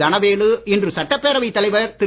தனவேலு இன்று சட்டப்பேரவைத் தலைவர் திரு